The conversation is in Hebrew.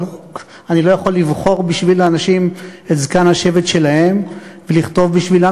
אבל אני לא יכול לבחור בשביל האנשים את זקן השבט שלהם ולכתוב בשבילם,